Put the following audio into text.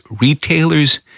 retailers